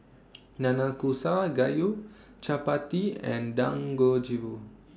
Nanakusa Gayu Chapati and Dangojiru